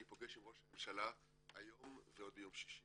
אני נפגש עם ראש הממשלה וביום שישי,